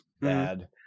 bad